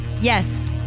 Yes